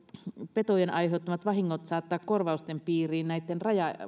petojen aiheuttamat vahingot saattaa korvausten piiriin näitten